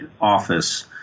office